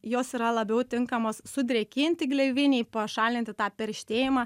jos yra labiau tinkamos sudrėkinti gleivinėj pašalinti tą perštėjimą